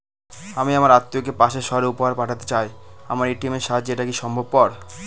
আমি আমার আত্মিয়কে পাশের সহরে উপহার পাঠাতে চাই আমার এ.টি.এম এর সাহায্যে এটাকি সম্ভবপর?